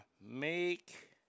make